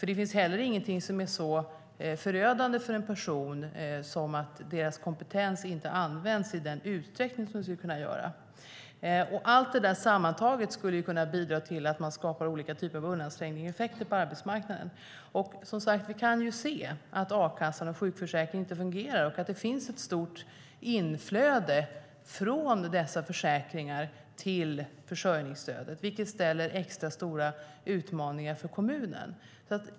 Det finns heller ingenting som är så förödande för en person som att hans eller hennes kompetens inte används i den utsträckning som den skulle kunna göra. Allt det där sammantaget skulle kunna bidra till att man skapar olika typer av undanträngningseffekter på arbetsmarknaden. Vi kan se att a-kassan och sjukförsäkringen inte fungerar och att det finns ett stort inflöde från dessa försäkringar till försörjningsstödet, vilket innebär extra stora utmaningar för kommunen.